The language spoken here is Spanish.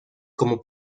como